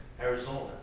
Arizona